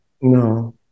No